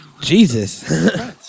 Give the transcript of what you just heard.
Jesus